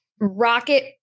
rocket